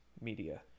Media